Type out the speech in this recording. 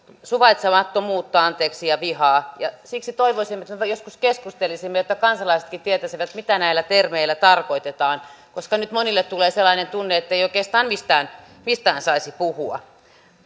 suvaitsemattomuutta ja vihaa siksi toivoisin että joskus keskustelisimme tästä että kansalaisetkin tietäisivät mitä näillä termeillä tarkoitetaan koska nyt monille tulee sellainen tunne ettei oikeastaan mistään mistään saisi puhua